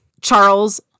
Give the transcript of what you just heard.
Charles